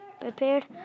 prepared